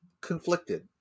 conflicted